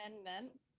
Amendment